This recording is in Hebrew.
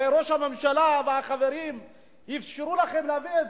הרי ראש הממשלה והחברים אפשרו לכם להביא את